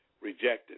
rejected